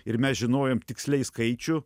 ir mes žinojom tiksliai skaičių